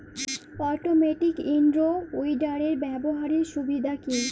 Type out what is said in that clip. Automatic in row উইডারের ব্যবহারের সুবিধা কি?